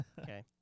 Okay